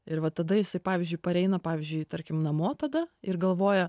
ir va tada jisai pavyzdžiui pareina pavyzdžiui tarkim namo tada ir galvoja